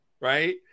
Right